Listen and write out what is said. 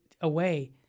away